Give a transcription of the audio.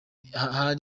bya